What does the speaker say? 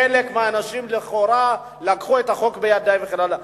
חלק מהאנשים לכאורה לקחו את החוק לידיים וכן הלאה.